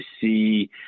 see